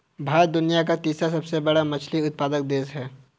भारत दुनिया का तीसरा सबसे बड़ा मछली उत्पादक देश है